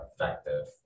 effective